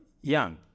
young